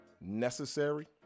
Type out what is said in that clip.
necessary